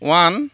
one